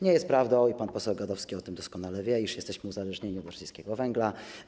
Nie jest prawdą, i pan poseł Gadowski o tym doskonale wie, iż jesteśmy uzależnieni od rosyjskiego węgla.